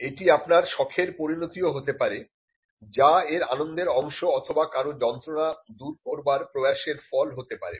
এটি আপনার শখের পরিণতিও হতে পারে যা এর আনন্দের অংশ অথবা কারো যন্ত্রণা দূর করবার প্রয়াসের ফল হতে পারে